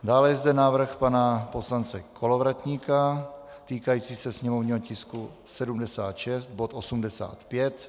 Dále je zde návrh pana poslance Kolovratníka týkající se sněmovního tisku 76, bod 85.